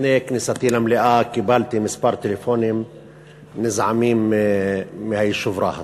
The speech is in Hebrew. לפני כניסתי למליאה קיבלתי מספר טלפונים נזעמים מהיישוב רהט.